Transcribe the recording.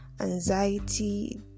anxiety